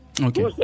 okay